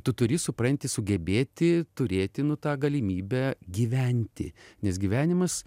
tu turi supranti sugebėti turėti tą galimybę gyventi nes gyvenimas